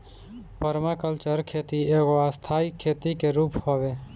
permaculture खेती एगो स्थाई खेती के रूप हवे